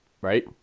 right